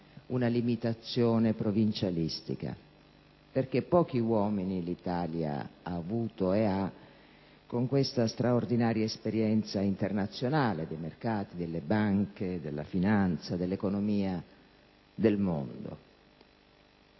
una limitazione provincialistica, perché l'Italia ha avuto e ha pochi uomini con questa straordinaria esperienza internazionale dei mercati, delle banche, della finanza e dell'economia del mondo.